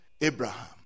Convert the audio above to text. Abraham